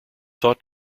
thought